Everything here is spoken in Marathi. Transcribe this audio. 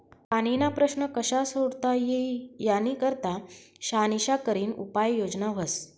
पाणीना प्रश्न कशा सोडता ई यानी करता शानिशा करीन उपाय योजना व्हस